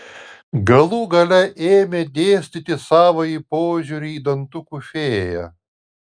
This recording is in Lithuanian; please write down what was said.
galų gale ėmė dėstyti savąjį požiūrį į dantukų fėją